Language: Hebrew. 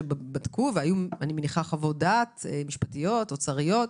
שבדקו ואני מניחה שגם הוציאו חוות דעת משפטיות ואוצריות,